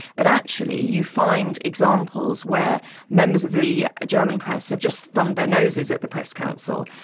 but actually you find examples where members of the german press have just thumbed their noses at the press council.